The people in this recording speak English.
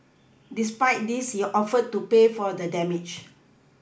despite this he offered to pay for the damage